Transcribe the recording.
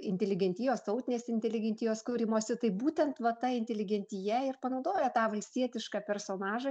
inteligentijos tautinės inteligentijos kūrimosi taip būtent va ta inteligentija ir panaudoja tą valstietišką personažą